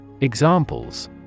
Examples